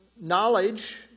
Knowledge